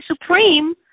supreme